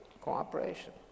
cooperation